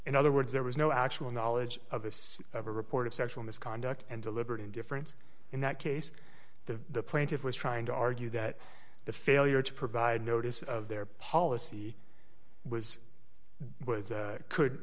in other words there was no actual knowledge of this of a report of sexual misconduct and deliberate indifference in that case the plaintiff was trying to argue that the failure to provide notice of their policy was